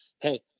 hey